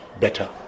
better